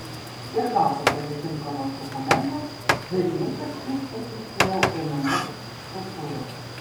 ir gautas atitinkamas dokumentas dailininkas vis intensyviau ėmė mokytis skulptūros